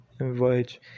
invite